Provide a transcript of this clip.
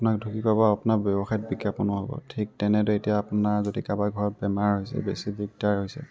আপোনাক ঢুকি পাব আপোনাৰ ব্যৱসায়ত বিজ্ঞাপনো হ'ব ঠিক তেনেদৰে এতিয়া আপোনাৰ যদি কাৰোবাৰ ঘৰত বেমাৰ হৈছে বেছি দিগদাৰ হৈছে